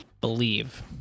believe